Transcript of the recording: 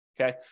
Okay